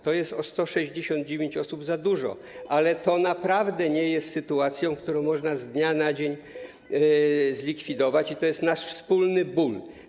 To jest o 169 osób za dużo, ale to naprawdę nie jest sytuacja, którą można z dnia na dzień zlikwidować, i to jest nasz wspólny ból.